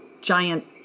giant